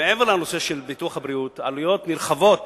מעבר לנושא של ביטוח הבריאות, עלויות נרחבות